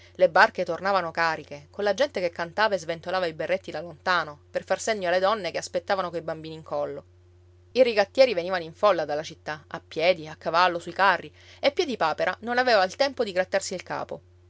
le barche tornavano cariche colla gente che cantava e sventolava i berretti da lontano per far segno alle donne che aspettavano coi bambini in collo i rigattieri venivano in folla dalla città a piedi a cavallo sui carri e piedipapera non aveva tempo di grattarsi il capo